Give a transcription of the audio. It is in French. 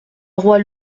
roi